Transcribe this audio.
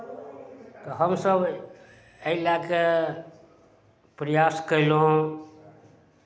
हमसभ एहि लऽ कऽ प्रयास कयलहुँ